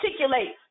articulate